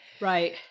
Right